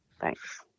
thanks